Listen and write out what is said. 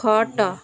ଖଟ